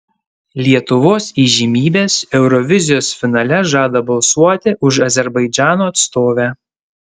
lietuvos įžymybės eurovizijos finale žada balsuoti už azerbaidžano atstovę